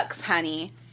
honey